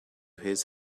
his